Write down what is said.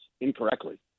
incorrectly